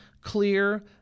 clear